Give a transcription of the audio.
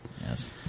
Yes